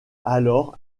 alors